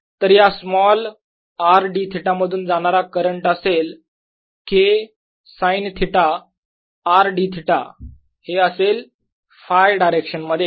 तर या small r d Ө मधून जाणारा करंट असेल K sine theta R dӨ असेल Φ डायरेक्शन मध्ये